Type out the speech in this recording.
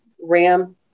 Ram